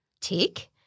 tick